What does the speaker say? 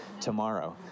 tomorrow